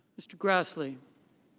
mr. grassley.